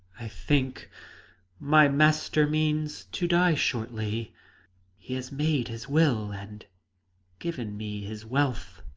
i think my master means to die shortly he has made his will, and given me his wealth,